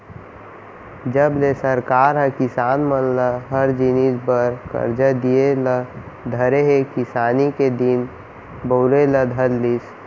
जब ले सरकार ह किसान मन ल हर जिनिस बर करजा दिये ल धरे हे किसानी के दिन बहुरे ल धर लिस